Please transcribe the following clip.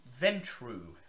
Ventru